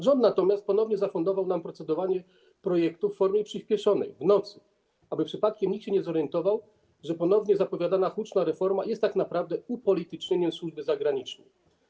Rząd natomiast ponownie zafundował nam procedowanie projektu w formie przyspieszonej, w nocy, aby przypadkiem nikt się nie zorientował, że ponownie zapowiadana huczna reforma jest tak naprawdę upolitycznieniem służby zagranicznej.